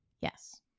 Yes